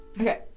Okay